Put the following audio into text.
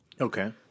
Okay